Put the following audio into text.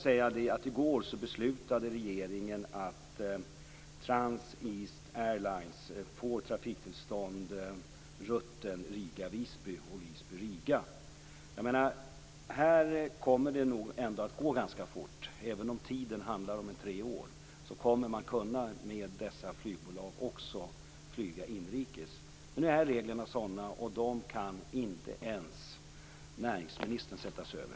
Jag kan berätta att regeringen i går beslutade att Visby och Visby-Riga. Här kommer det nog ändå att gå ganska fort. Även om det handlar om tre år kommer man att med dessa bolag kunna flyga också inrikes. Men nu är reglerna som de är, och dem kan inte näringsministern sätta sig över.